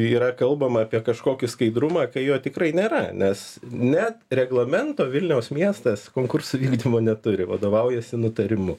yra kalbama apie kažkokį skaidrumą kai jo tikrai nėra nes net reglamento vilniaus miestas konkursų vykdymo neturi vadovaujasi nutarimu